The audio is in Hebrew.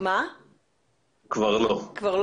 כבר לא?